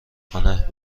کنه